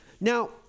Now